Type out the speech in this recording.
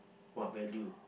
what value